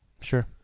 Sure